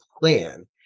plan